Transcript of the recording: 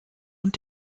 und